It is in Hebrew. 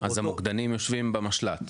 אז המוקדנים יושבים במשל"ט.